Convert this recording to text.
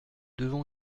devons